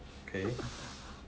okay